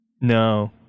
No